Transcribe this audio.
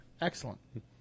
Excellent